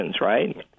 right